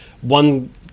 One